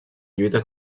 lluita